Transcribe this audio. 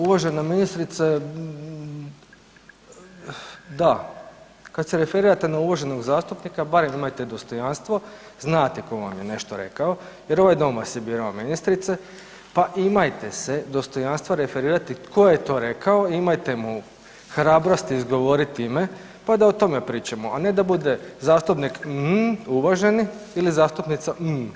Uvažena ministrice, da, kad se referirate na uvaženog zastupnika barem imajte dostojanstvo, znate ko vam je nešto rekao jer ovo je … [[Govornik se ne razumije]] ministrice, pa imajte se dostojanstvo referirati tko je to rekao, imajte mu hrabrosti izgovoriti ime, pa da o tome pričamo, a ne da bude zastupnik umm uvaženi ili zastupnica umm uvažena.